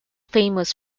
famous